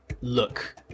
look